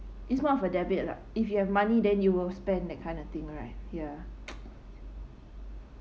it's not for debit like if you have money then you will spend that kind of thing right ya